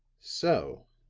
so,